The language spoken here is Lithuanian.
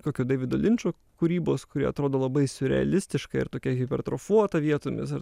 kokio deivido linčo kūrybos kuri atrodo labai siurrealistiška ir tokia hipertrofuota vietomis ar